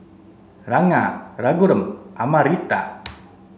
Ranga Raghuram Amartya